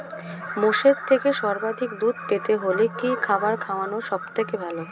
মোষের থেকে সর্বাধিক দুধ পেতে হলে কি খাবার খাওয়ানো সবথেকে ভালো?